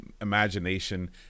imagination